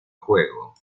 juego